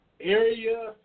area